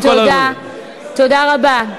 תודה רבה.